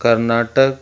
Karnataka